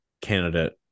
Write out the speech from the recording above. candidate